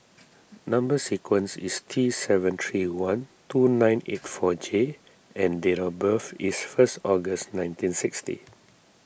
Number Sequence is T seven three one two nine eight four J and date of birth is first August nineteen sixty